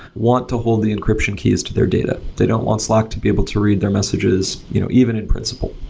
want to hold the encryption keys to their data. they don't want slack to be able to read their messages you know even in principle.